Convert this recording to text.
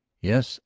yes,